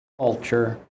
culture